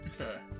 okay